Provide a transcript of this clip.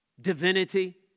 divinity